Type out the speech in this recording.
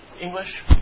English